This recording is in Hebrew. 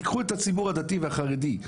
תיקחו את הציבור הדתי והחרדי.